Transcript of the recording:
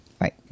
Right